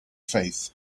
faith